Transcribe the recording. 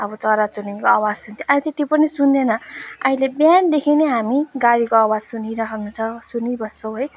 अब चराचुरूङ्गीको आवाज सुन्थ्यो अहिले चाहिँ त्यो पनि सुन्दैन अहिले बिहानदेखि नै हामी गाडीको आवाज सुनिरहन्छौँ सुनिबस्छौँ है